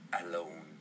alone